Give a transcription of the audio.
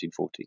1940